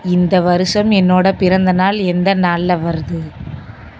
இந்த வருஷம் என்னோட பிறந்தநாள் எந்த நாளில் வருது